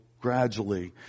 gradually